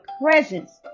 presence